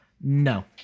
No